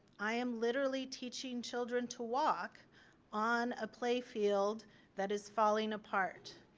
i am literally teaching children to walk on a playfield that is falling apart.